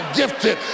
gifted